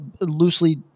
loosely